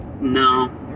No